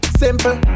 simple